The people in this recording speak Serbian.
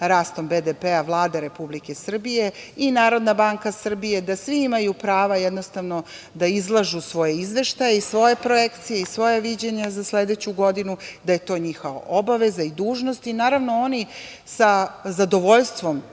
rastom BDP, Vlada Republike Srbije i NBS, da svi imaju prava da izlažu svoje izveštaje i svoje projekcije i svoja viđenja za sledeću godinu, da je to njihova obaveza i dužnost. Naravno, oni sa zadovoljstvom